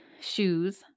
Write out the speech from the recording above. shoes